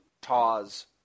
Taw's